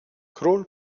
król